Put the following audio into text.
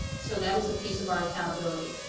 so that is a piece of our accountability.